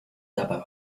dabei